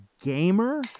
gamer